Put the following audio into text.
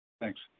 Thanks